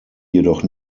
jedoch